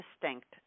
distinct